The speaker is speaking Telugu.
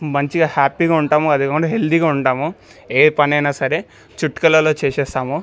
మంచిగా హ్యాపీగా ఉంటాము అదే కాకుండా హెల్దీగా ఉంటాము ఏ పనైనా సరే చిటికలలో చేసేస్తాము